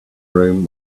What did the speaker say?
room